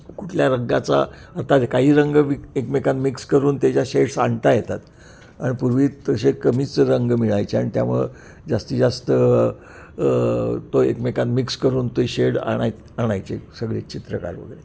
कुठल्या रंगाचा आता काही रंग विक एकमेकांत मिक्स करून त्याच्या शेड्स आणता येतात आणि पूर्वी तसे कमीच रंग मिळायचे आणि त्यामुळं जास्तीत जास्त तो एकमेकांत मिक्स करून ते शेड आणायला आणायचे सगळे चित्रकार वगैरे